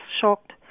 shocked